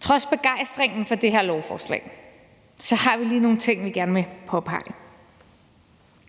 Trods begejstringen for det her lovforslag har vi lige nogle ting, vi gerne vil påpege.